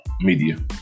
media